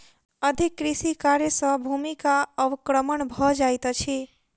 अधिक कृषि कार्य सॅ भूमिक अवक्रमण भ जाइत अछि